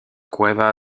cueva